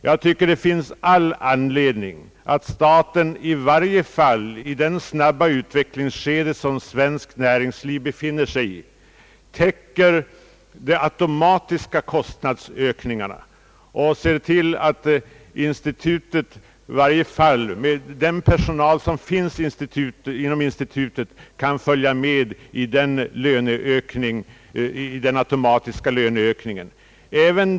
Jag tycker att det är all anledning att staten i det snabba utvecklingsskede, som svenskt näringsliv för närvarande befinner sig i, i varje fall täcker de automatiska kostnadsökningarna och tillser att löneutvecklingen för den personal, som redan är knuten till institutet, kan följa med i den automatiska stegringen.